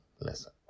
Listen